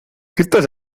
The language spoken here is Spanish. estás